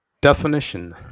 Definition